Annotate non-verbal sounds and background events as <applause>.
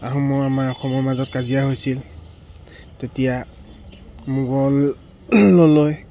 আহোমৰ আমাৰ অসমৰ মাজত কাজিয়া হৈছিল তেতিয়া মোগল <unintelligible>